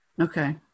Okay